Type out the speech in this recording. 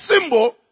symbol